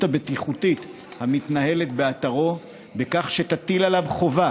הבטיחותית המתנהלת באתרו בכך שתוטל עליו חובה